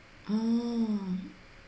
orh